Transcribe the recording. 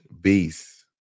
beast